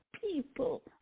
people